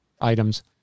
items